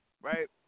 right